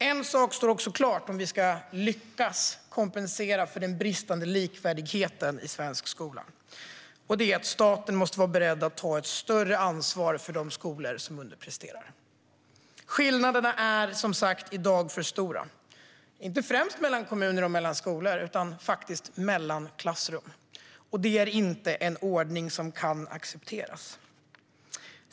En sak är klar om vi ska lyckas kompensera för den bristande likvärdigheten i svensk skola: Staten måste vara beredd att ta ett större ansvar för de skolor som underpresterar. Skillnaderna är som sagt för stora i dag, inte främst mellan kommuner och mellan skolor utan faktiskt mellan klassrum. Detta är inte en ordning som kan accepteras.